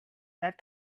that